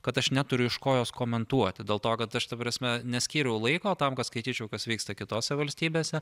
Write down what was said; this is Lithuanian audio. kad aš neturiu iš ko juos komentuoti dėl to kad aš ta prasme neskyriau laiko tam kad skaityčiau kas vyksta kitose valstybėse